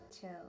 chill